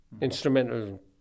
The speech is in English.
instrumental